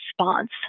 response